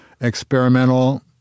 Experimental